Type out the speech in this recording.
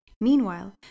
Meanwhile